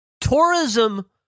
Tourism